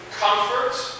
comfort